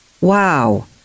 Wow